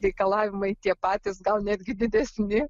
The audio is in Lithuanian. reikalavimai tie patys gal netgi didesni